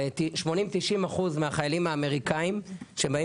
90%-80% מהחיילים האמריקאים שבאים